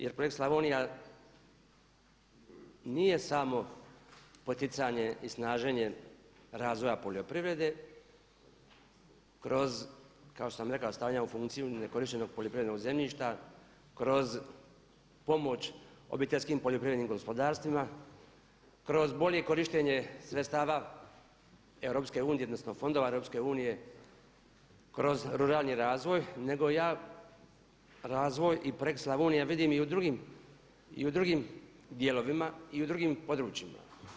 Jer projekt Slavonija nije samo poticanje i snaženje razvoja poljoprivrede kroz kao što sam rekao stavljanja u funkciju nekorištenog poljoprivrednog zemljišta, kroz pomoć obiteljskim poljoprivrednim gospodarstvima, kroz bolje korištenje sredstava EU, odnosno fondova EU, kroz ruralni razvoj nego ja razvoj i projekt Slavonija vidim i u drugim dijelovima i u drugim područjima.